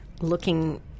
looking